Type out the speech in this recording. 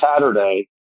Saturday